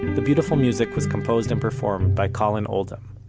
the beautiful music was composed and performed by collin oldham.